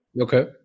Okay